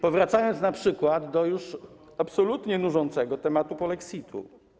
Powracam na przykład do już absolutnie nużącego tematu polexitu.